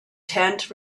tent